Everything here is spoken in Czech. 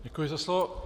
Děkuji za slovo.